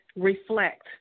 reflect